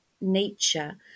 nature